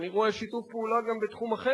אני רואה שיתוף פעולה גם בתחום אחר,